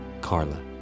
Carla